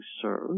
serve